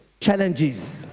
challenges